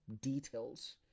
details